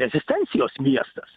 ezistencijos miestas